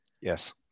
Yes